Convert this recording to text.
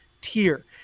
tier